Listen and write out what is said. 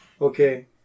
okay